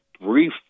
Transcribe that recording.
brief